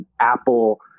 Apple